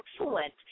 excellent